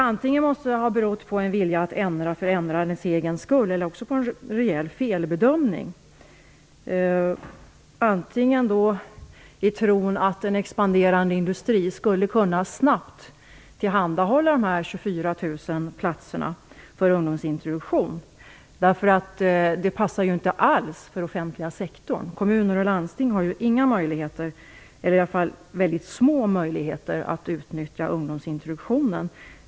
Antingen måste det ha berott på en vilja att ändra för ändrandets egen skull eller också på en rejäl felbedömning. Detta kan möjligen bottna i tron att en expanderande industri snabbt skulle kunna tillhandahålla dessa 24 000 platser för ungdomsintroduktion. Det passar inte alls för den offentliga sektorn. Kommuner och landsting har inga, eller åtminstone mycket små, möjligheter att utnyttja ungdomsintroduktionen.